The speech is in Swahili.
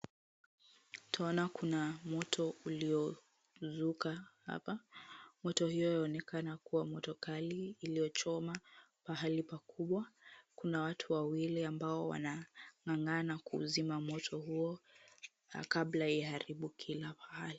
Twaona kuna moto ulioinuka hapa. Moto hiyo inaonekana kuwa moto kali iliyochoma pahali pakubwa. Kuna watu wawili ambao wanang'ang'ana kuuzima moto huo kabla iharibu kila pahali.